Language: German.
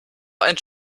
ein